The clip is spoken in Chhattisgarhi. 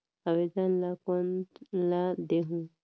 आवेदन ला कोन ला देहुं?